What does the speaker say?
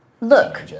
Look